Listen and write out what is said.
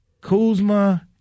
Kuzma